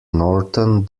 norton